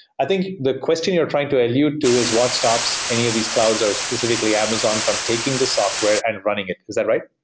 i think the question you're trying to allude to is what stops any of these clouds, or specially like amazon, from taking the software and running it. is that right?